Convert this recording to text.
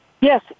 Yes